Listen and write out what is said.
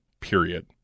period